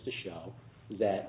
to show that